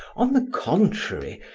on the contrary,